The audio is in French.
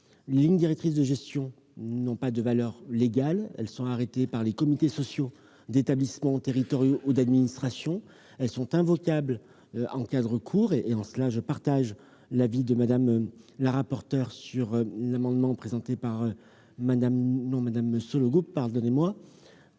Les lignes directrices de gestion n'ont pas de valeur légale. Elles sont arrêtées par les comités sociaux d'établissements territoriaux ou d'administrations. Elles sont invocables en cas de recours ; en cela, je partage l'avis de Mme la rapporteur sur l'amendement n° 292 rectifié . La priorité